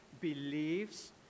believes